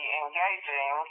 engaging